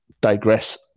digress